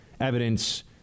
evidence